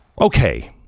Okay